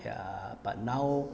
ya but now